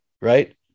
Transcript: right